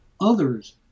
others